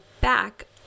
back